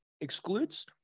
excludes